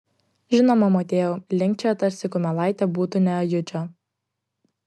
žinoma motiejau linkčioja tarsi kumelaitė būtų ne ajučio